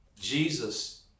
Jesus